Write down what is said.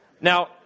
Now